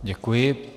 Děkuji.